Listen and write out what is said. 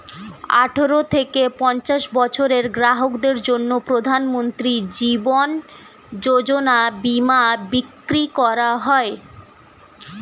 আঠারো থেকে পঞ্চাশ বছরের গ্রাহকদের জন্য প্রধানমন্ত্রী জীবন যোজনা বীমা বিক্রি করা হয়